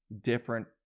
different